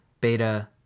beta